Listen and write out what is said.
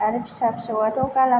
आरो फिसा फिसौवाथ' गाला